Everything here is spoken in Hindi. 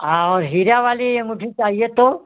आ और हीरा वाली अँगूठी चाहिए तो